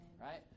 right